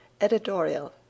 Editorial